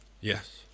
yes